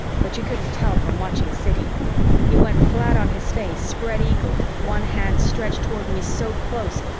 but you couldn't tell from watching siddy he went flat on his face, spread-eagled, one hand stretched toward me so close,